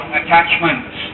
attachments